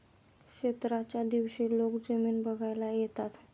क्षेत्राच्या दिवशी लोक जमीन बघायला येतात